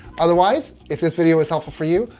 otherwise, if this video was helpful for you,